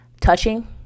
touching